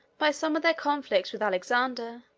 by some of their conflicts with alexander,